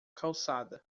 calçada